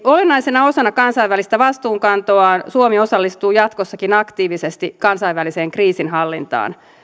olennaisena osana kansainvälistä vastuunkantoaan suomi osallistuu jatkossakin aktiivisesti kansainväliseen kriisinhallintaan